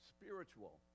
spiritual